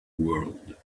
world